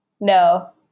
No